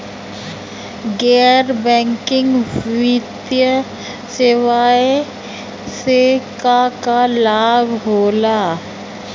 गैर बैंकिंग वित्तीय सेवाएं से का का लाभ होला?